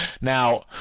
Now